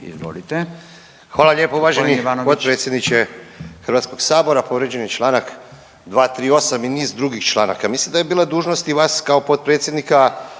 (HDZ)** Hvala lijepa uvaženi potpredsjedniče Hrvatskog sabora. Povrijeđen je Članak 238. i niz drugih članaka. Mislim da je bila dužnost i vas kao potpredsjednika